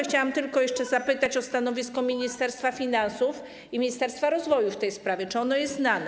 Chciałam jeszcze tylko zapytać o stanowisko Ministerstwa Finansów i ministerstwa rozwoju w tej sprawie, czy ono jest znane.